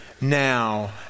now